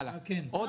התשובה היא כן.